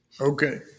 Okay